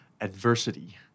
adversity